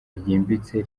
ryimbitse